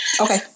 Okay